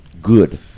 Good